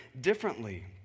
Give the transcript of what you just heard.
differently